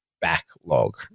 backlog